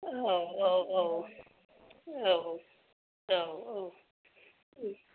औ औ औ औ औ औ